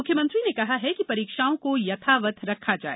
मुख्यमंत्री ने कहा है कि परीक्षाओं को यथावत रखा जाए